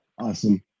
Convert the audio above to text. Awesome